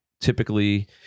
typically